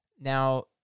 Now